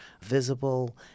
visible